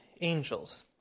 angels